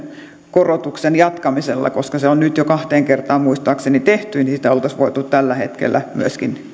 korotuksen jatkamisella koska se on nyt jo kahteen kertaan muistaakseni tehty niin sitä oltaisiin voitu tällä hetkellä myöskin